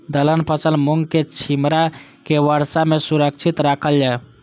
दलहन फसल मूँग के छिमरा के वर्षा में सुरक्षित राखल जाय?